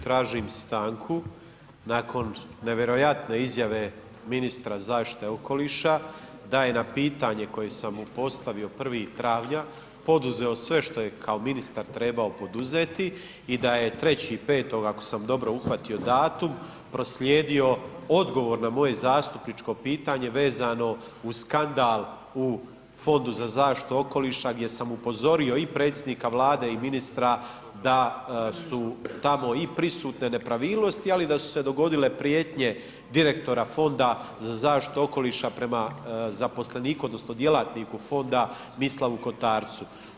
Tražim stanku nakon nevjerojatne izjave ministra zaštite okoliša da je na pitanje koje sam mu postavio 1. travnja poduzeo sve što je kao ministar trebao poduzeti i da je 3.5. ako sam dobro uhvatio datum proslijedio odgovor na moje zastupničko pitanje vezano uz skandal u Fondu za zaštitu okoliša, gdje sam upozorio i predsjednika Vlade i ministra da su tamo i prisutne nepravilnosti, ali i da su se dogodile prijetnje direktora Fonda za zaštitu okoliša prema zaposleniku odnosno djelatniku fonda Mislavu Kotarcu.